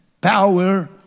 Power